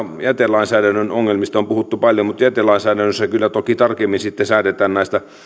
jätelainsäädännön ongelmista on puhuttu paljon mutta jätelainsäädännössä kyllä toki tarkemmin säädetään näistä